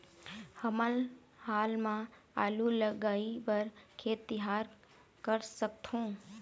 हमन हाल मा आलू लगाइ बर खेत तियार कर सकथों?